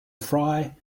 fry